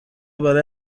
برای